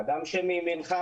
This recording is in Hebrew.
האדם שמימינך,